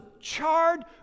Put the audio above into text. charred